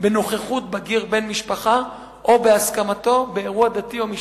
בנוכחות בגיר בן משפחה או בהסכמתו באירוע דתי או משפחתי".